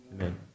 Amen